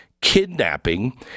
kidnapping